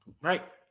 Right